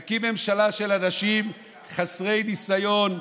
כן, נקים ממשלה של אנשים חסרי ניסיון וחסרי,